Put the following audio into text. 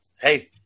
hey